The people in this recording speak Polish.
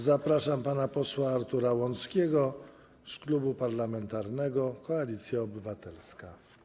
Zapraszam pana posła Artura Łąckiego z Klubu Parlamentarnego Koalicja Obywatelska.